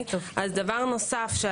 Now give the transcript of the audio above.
בנוסף,